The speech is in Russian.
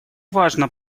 важно